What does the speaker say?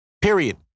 Period